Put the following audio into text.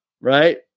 Right